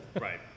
right